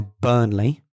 Burnley